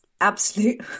absolute